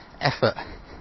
effort